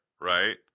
Right